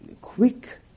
quick